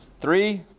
three